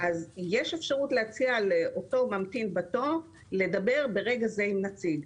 יש אפשרות להציע לאותו ממתין בתור לדבר ברגע זה עם נציג.